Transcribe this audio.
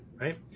right